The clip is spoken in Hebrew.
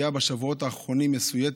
בשבועות האחרונים בכל יום הייתה מגיעה מסויטת,